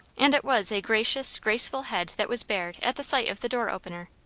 and it was a gracious, graceful head that was bared at the sight of the door-opener.